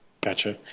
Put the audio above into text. Gotcha